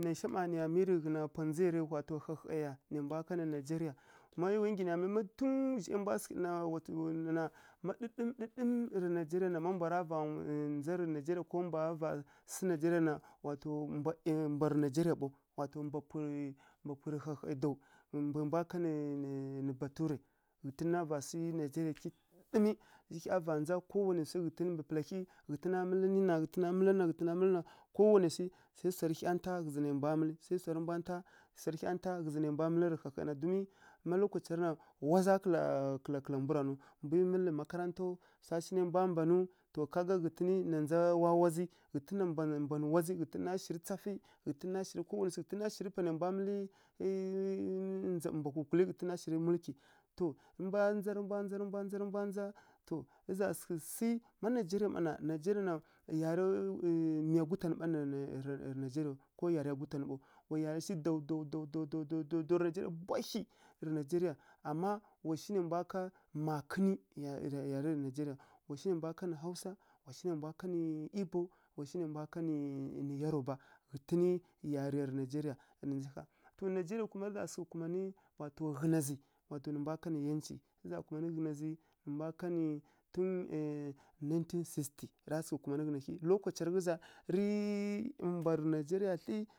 Naisha mma niya miyǝ rǝ pwa ndza ya rǝ wato hahai ya, nai mbwa kanǝ nigeria. Mariya nggyi na má tun zhai mbwa sǝghǝ ɗana ma ɗǝɗǝm-ɗǝɗǝm rǝ nigeria na, má mbwara va ndzarǝ nigeria na ko mbwara va sǝ nigeria na, wato mbwarǝ nigeria ɓaw, wato mbwa pughǝ mbwa pughǝrǝ hahai daw. Mbwai mbwa kanǝ nǝ baturai, ghǝtǝn ra va sǝ nigeria ki ɗǝɗǝmi, rǝ hya va ndza kowanai swi mbǝ pǝla hyi, ghǝtǝna mǝlǝ nina, ghǝtǝna mǝlǝ nina, ghǝtǝna mǝlǝ nina kowanai swi, swai swarǝ hya nta ghǝzǝ nai mbwa mǝlǝ, swarǝ mbwa nta swarǝ hya nta ghǝzǝ nai mbwa mǝlǝ rǝ hahai na don má lokacara na, waza kǝla kǝla kǝla mbu ra naw, mbwi mǝlǝ makarantaw, swa shi nai mbwa mbanu to ká gani ghǝtǝnǝ na ndza wawazǝ, ghǝtǝn na mban-mban wazǝ, ghǝtǝn na shirǝ tsafǝ, ghǝtǝn na shirǝ kuwani, ghǝtǝn na shirǝ panai mbwa mǝlǝ ndza mbwa kukulǝ. ghǝtǝn na shirǝ mulki to mbwa ndza rǝ mbwa ndza, rǝ mbwa ndza to rǝ za sǝghǝ sǝ, má nigeria mma na, nigeria mma na, yari ˈyi miya gutan ɓane ne rǝ nigeria, ko yariya gutan ɓaw, wa yari shi daw-daw daw-daw daw-daw daw-daw rǝ nigeria bwahyi rǝ nigeria. Ama wa shi nai mbwa ká makǝn yariyi rǝ nigeria. Wa shi nai mbwa kanǝ hausa, wa shi nai mbwa kanǝ ibo, wa shi nai mbwa kanǝ nǝ yaroba. Ghǝtǝnǝ yariya rǝ nigeria a nigeria, to nigeria kuma rǝ za sǝghǝ kumanǝ wato ghǝna zǝ wato nǝ mbwa kanǝ yanci, zha kumanǝ ghǝna zǝ, nǝ mbwa kanǝ tun nineteen sixty ra sǝghǝ kumanǝ ghǝna zǝ, lokaca ra ghǝza rǝ-ǝ-ǝ mbwarǝ nigeria thli